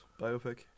biopic